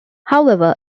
however